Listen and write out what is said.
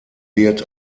wird